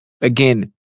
again